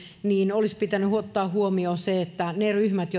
olisi pitänyt ottaa huomioon ne ryhmät